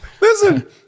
Listen